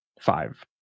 Five